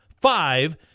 five